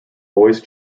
also